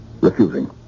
refusing